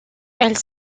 elles